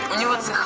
new ones